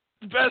best